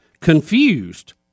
Confused